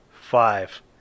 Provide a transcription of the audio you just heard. five